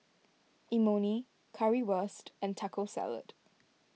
Imoni Currywurst and Taco Salad